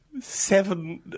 seven